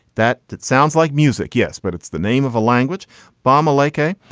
that that sounds like music. yes, but it's the name of a language bama like-i.